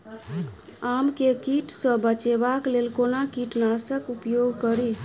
आम केँ कीट सऽ बचेबाक लेल कोना कीट नाशक उपयोग करि?